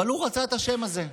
אבל הוא רצה את השם הזה.